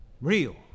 Real